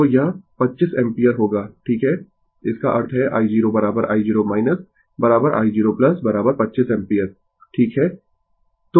तो यह 25 एम्पीयर होगा ठीक है इसका अर्थ है i0 i0 i0 25 एम्पीयर ठीक है